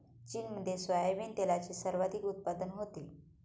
चीनमध्ये सोयाबीन तेलाचे सर्वाधिक उत्पादन होते